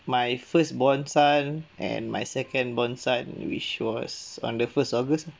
my first-born son and my second-born son which was on the first august